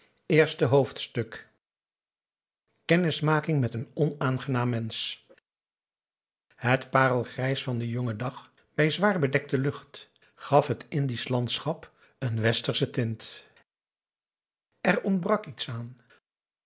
eerste hoofdstuk kennismaking met een onaangenaam mensch het parelgrijs van den jongen dag bij zwaar bedekte lucht gaf het indisch landschap een westersche tint er ontbrak iets aan